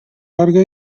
larga